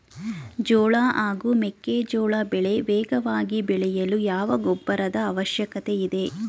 ಜೋಳ ಹಾಗೂ ಮೆಕ್ಕೆಜೋಳ ಬೆಳೆ ವೇಗವಾಗಿ ಬೆಳೆಯಲು ಯಾವ ಗೊಬ್ಬರದ ಅವಶ್ಯಕತೆ ಇದೆ?